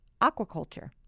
aquaculture